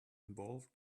involved